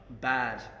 bad